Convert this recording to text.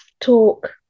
talk